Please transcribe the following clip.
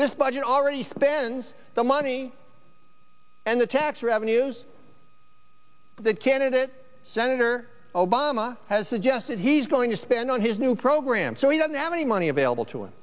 this budget already spends the money and the tax revenues that candidate senator obama has suggested he's going to spend on his new program so he doesn't have any money available to him